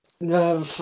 no